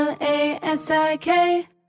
L-A-S-I-K